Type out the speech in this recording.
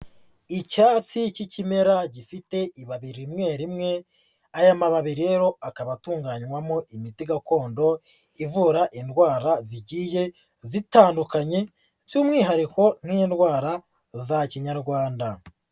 Icyatsi cy'ikimera gifite ibabi rimwe rimwe, aya mababi rero akaba atunganywamo imiti gakondo ivura indwara zigiye zitandukanye by'umwihariko nk'indwara za Kinyarwanda.